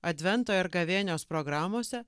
advento ir gavėnios programose